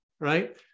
Right